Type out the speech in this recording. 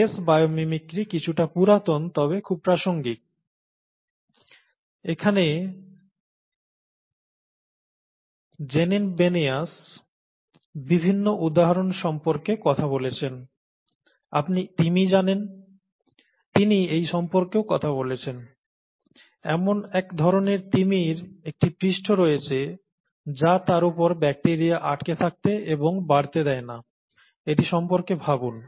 শেষ biomimicry কিছুটা পুরাতন তবে খুব প্রাসঙ্গিক এখানে Janine Benyus বিভিন্ন উদাহরণ সম্পর্কে কথা বলেছেন আপনি তিমি জানেন তিনি এই সম্পর্কেও কথা বলেছেন এমন এক ধরনের তিমির একটি পৃষ্ঠ রয়েছে যা তার উপর ব্যাকটিরিয়া আটকে থাকতে এবং বাড়তে দেয় না এটি সম্পর্কে ভাবুন